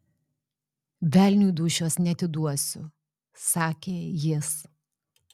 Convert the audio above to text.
velniui dūšios neatiduosiu sakė jis